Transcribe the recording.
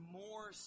more